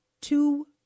two